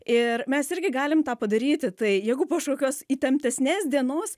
ir mes irgi galim tą padaryti tai jeigu po kažkokios įtemptesnės dienos